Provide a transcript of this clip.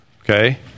Okay